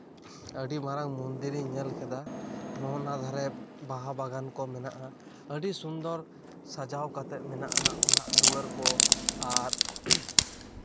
ᱟᱹᱰᱤ ᱢᱟᱨᱟᱝ ᱢᱚᱱᱫᱤᱨ ᱤᱧ ᱧᱮᱞ ᱠᱮᱫᱟ ᱱᱚᱸᱜᱼᱚ ᱱᱟ ᱫᱷᱟᱨᱮ ᱵᱟᱦᱟ ᱵᱟᱜᱟᱱ ᱠᱚ ᱢᱮᱱᱟᱜᱼᱟ ᱟᱹᱰᱤ ᱥᱩᱱᱫᱚᱨ ᱥᱟᱡᱟᱣ ᱠᱟᱛᱮᱜ ᱢᱮᱱᱟᱜᱼᱟ ᱚᱲᱟᱜ ᱫᱩᱣᱟᱹᱨ ᱠᱚ ᱟᱨ